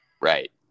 right